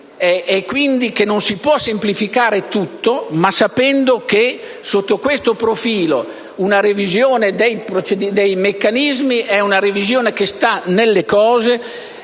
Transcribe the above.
Non si può semplificare tutto. Sotto questo profilo una revisione dei meccanismi sta nelle cose,